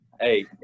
Hey